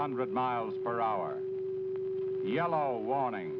hundred miles per hour yellow warning